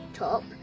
top